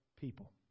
people